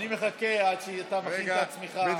אני מחכה עד שאתה מכין את עצמך,